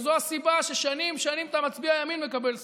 וזו הסיבה ששנים שנים אתה מצביע ימין ומקבל שמאל.